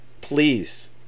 please